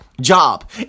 job